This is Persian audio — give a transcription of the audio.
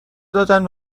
دادن